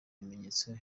bimenyetso